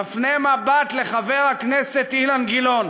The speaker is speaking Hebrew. תפנה מבט לחבר הכנסת אילן גילאון